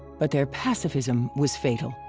but their pacifism was fatal.